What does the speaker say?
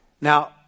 Now